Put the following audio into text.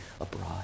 abroad